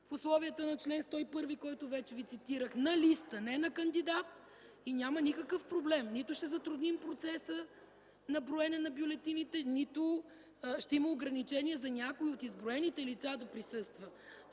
в условията на чл. 101, който вече ви цитирах – на листа, не на кандидат и няма никакъв проблем. Нито ще затрудним процеса на броене на бюлетините, нито ще има ограничение за някое от изброените лица да присъстват.